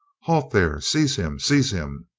halt there! seize him! seize him!